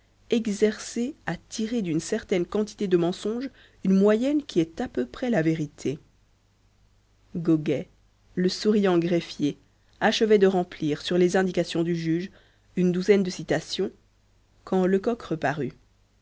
exercé à tirer d'une certaine quantité de mensonges une moyenne qui est à peu près la vérité goguet le souriant greffier achevait de remplir sur les indications du juge une douzaine de citations quand lecoq reparut